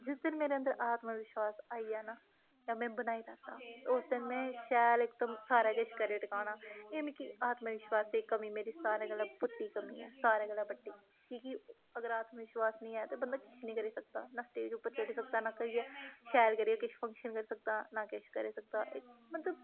जिस दिन मेरे अंदर आत्मविश्वास आई जाना ते में बनाई लैता उस दिन में शैल इक दिन सारा किश करी टकाना एह् मिगी आत्मविश्वासे दी कमी मेरी सारें कोला बड्डी कमी ऐ सारें कोला बड्डी कि कि अगर आत्मविश्वास नी आया ते बंदा किश नी करी सकदा ना स्टेज उप्पर चढ़ी सकदा ना करियै शैल करियै किश फंक्शन करी सकदा ना किश करी सकदा मतलब